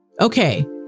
Okay